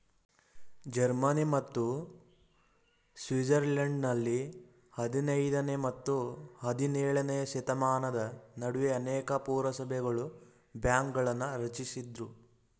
Germany ಮತ್ತು ಸ್ವಿಟ್ಜರ್ಲೆಂಡ್ನಲ್ಲಿ ಹದಿನೈದನೇ ಮತ್ತು ಹದಿನೇಳನೇಶತಮಾನದ ನಡುವೆ ಅನೇಕ ಪುರಸಭೆಗಳು ಬ್ಯಾಂಕ್ಗಳನ್ನ ರಚಿಸಿದ್ರು